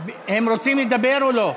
הם רוצים לדבר או לא?